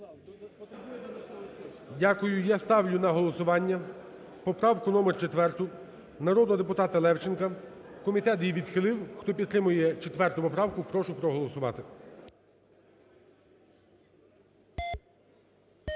Дякую. Я ставлю на голосування поправку номер 4 народного депутата Левченка. Комітет її відхилив. Хто підтримує 4 поправку, прошу проголосувати.